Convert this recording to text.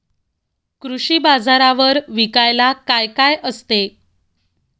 कृषी बाजारावर विकायला काय काय असते?